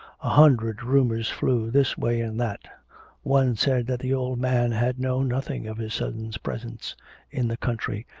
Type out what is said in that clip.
a hundred rumours flew this way and that one said that the old man had known nothing of his son's presence in the country,